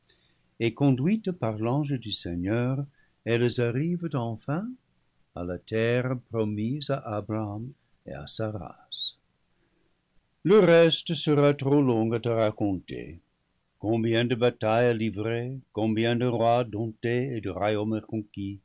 et conduites par l'ange du seigneur elles arrivent enfin à la terre promise à abraham et à sa race le reste serait trop long à te raconter combien de batailles livrées combien de rois domptés et de